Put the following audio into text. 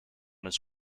his